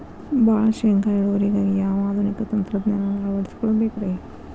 ಭಾಳ ಶೇಂಗಾ ಇಳುವರಿಗಾಗಿ ಯಾವ ಆಧುನಿಕ ತಂತ್ರಜ್ಞಾನವನ್ನ ಅಳವಡಿಸಿಕೊಳ್ಳಬೇಕರೇ?